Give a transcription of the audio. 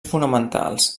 fonamentals